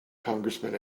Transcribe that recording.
congressman